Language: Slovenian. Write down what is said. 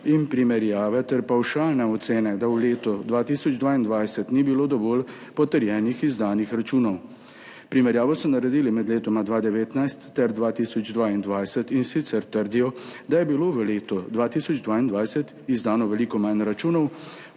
in primerjave ter pavšalne ocene, da v letu 2022 ni bilo dovolj potrjenih izdanih računov. Primerjavo so naredili med letoma 2019 ter 2022, in sicer trdijo, da je bilo v letu 2022 izdano veliko manj računov,